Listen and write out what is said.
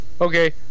Okay